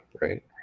right